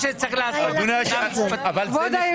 מה שחשוב לי זה ההתחייבות שלך,